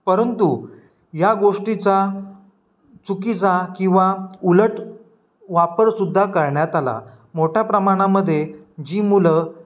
परंतु या गोष्टीचा चुकीचा किंवा उलट वापरसुद्धा करण्यात आला मोठ्या प्रमाणामध्ये जी मुलं